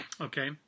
Okay